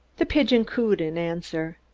the pigeon cooed an answer.